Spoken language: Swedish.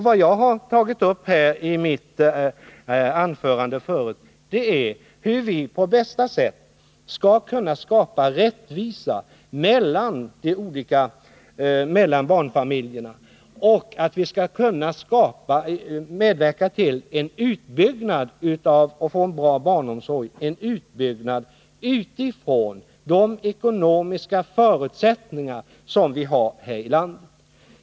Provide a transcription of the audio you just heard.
Vad jag har tagit uppi mitt anförande här är hur vi på bästa sätt skall kunna skapa rättvisa mellan barnfamiljerna och hur vi för att få en god barnomsorg skall kunna medverka till en utbyggnad utifrån de ekonomiska förutsättningar som vi har i vårt land.